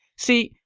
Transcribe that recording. see,